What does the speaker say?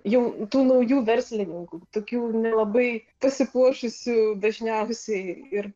jau tų naujų verslininkų tokių nelabai pasipuošusių dažniausiai ir